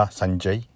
Sanjay